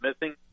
missing